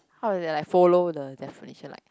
how to say like follow the definition like